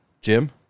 Jim